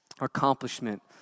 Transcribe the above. accomplishment